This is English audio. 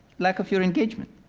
lack of your engagement.